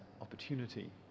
opportunity